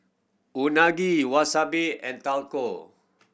Unagi Wasabi and Taco